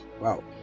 Wow